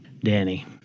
Danny